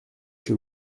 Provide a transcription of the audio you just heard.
chez